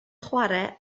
chwarae